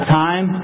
time